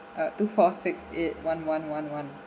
uh two four six eight one one one one